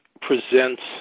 presents